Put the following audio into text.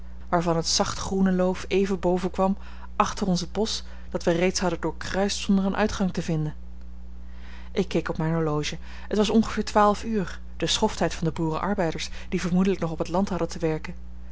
waarvan het zacht groene loof even bovenkwam achter ons het bosch dat wij reeds hadden doorkruist zonder een uitgang te vinden ik keek op mijn horloge het was ongeveer twaalf uur de schofttijd van de boerenarbeiders die vermoedelijk nog op het land hadden te werken